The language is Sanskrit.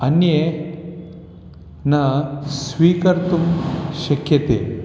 अन्ये न स्वीकर्तुं शक्यन्ते